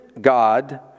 God